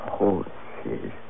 horses